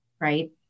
right